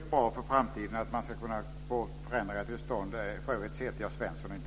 Fru talman! Det låter ju bra för framtiden att man ska kunna få förändringar till stånd.